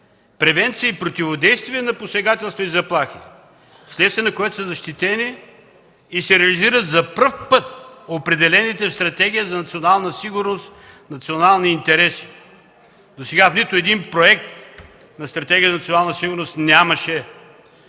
превенция и противодействие на посегателства и заплахи, вследствие на което са защитени и се реализират за пръв път определените в Стратегия за национална сигурност национални интереси. Досега в нито един проект на Стратегия за национална сигурност нямаше